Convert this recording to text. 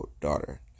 daughter